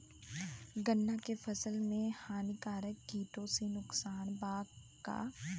गन्ना के फसल मे हानिकारक किटो से नुकसान बा का?